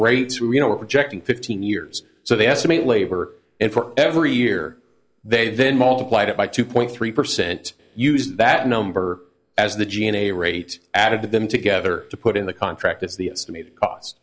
rates reno are projecting fifteen years so they estimate labor and for every year they then multiply that by two point three percent use that number as the g n a t rate added them together to put in the contract